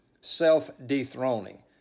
self-dethroning